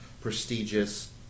prestigious